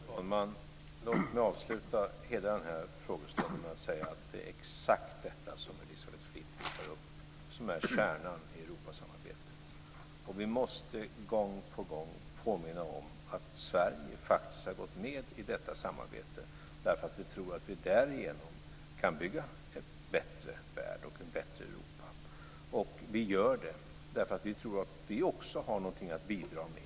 Herr talman! Låt mig avsluta hela den här frågestunden med att säga att det är exakt detta som Elisabeth Fleetwood tar upp som är kärnan i Europasamarbetet. Vi måste gång på gång påminna om att Sverige faktiskt har gått med i detta samarbete därför att vi tror att vi därigenom kan bygga en bättre värld och ett bättre Europa. Vi gör det därför att vi tror att vi också har någonting att bidra med.